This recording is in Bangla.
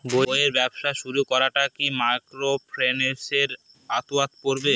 বইয়ের ব্যবসা শুরু করাটা কি মাইক্রোফিন্যান্সের আওতায় পড়বে?